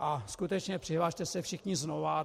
A skutečně, přihlaste se všichni znova.